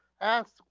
ask